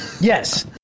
Yes